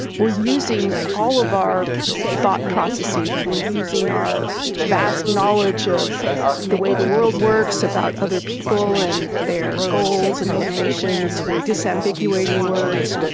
we're using all of our thought processes, we're using our vast knowledge of the way the world works, about other people and their goals and motivations, we're disambiguating words.